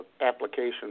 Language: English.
application